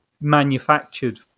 manufactured